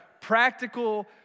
practical